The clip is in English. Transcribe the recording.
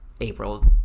April